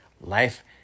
Life